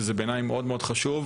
שזה בעיני מאוד מאוד חשוב.